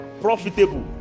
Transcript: profitable